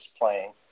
playing